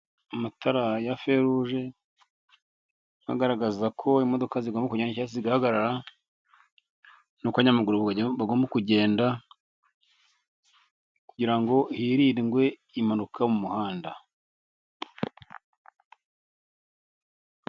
Amatara ya feruje, agaragaza ko imodoka zigomba kugenda cyangwa zigahagarara, n'uko abanyamaguru bagomba kugenda, kugira ngo hiringwe impanuka mu muhanda.